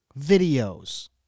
Videos